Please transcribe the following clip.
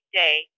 day